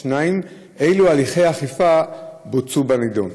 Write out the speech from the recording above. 2. אילו הליכי אכיפה בוצעו בנדון?